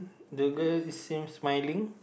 the girl seems smiling